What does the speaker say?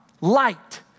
light